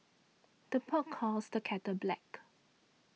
the pot calls the kettle black